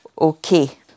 Okay